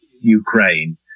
Ukraine